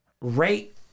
Rate